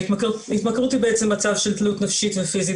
התמכרות היא מצב של תלות נפשית ופיזית